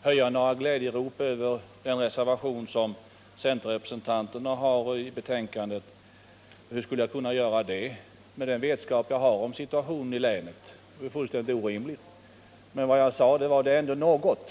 höja några glädjerop över den reservation som centerrepresentanterna har fogat till utskottsbetänkandet. Hur skulle jag kunna göra det med den vetskap jag har om situationen i länet? Det vore fullständigt orimligt. Vad jag sade var att det är ändå något.